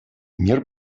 мир